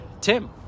Tim